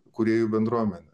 kūrėjų bendruomenę